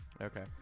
Okay